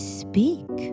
speak